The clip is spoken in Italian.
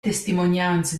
testimonianze